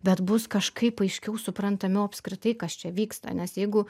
bet bus kažkaip aiškiau suprantamiau apskritai kas čia vyksta nes jeigu